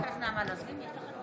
(קוראת בשמות חברי הכנסת)